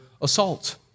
assault